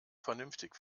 vernünftig